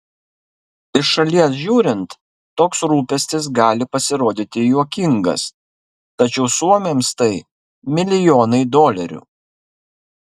iš šalies žiūrint toks rūpestis gali pasirodyti juokingas tačiau suomiams tai milijonai dolerių